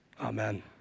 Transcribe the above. Amen